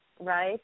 right